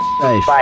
safe